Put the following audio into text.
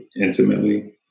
intimately